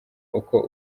uko